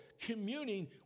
communing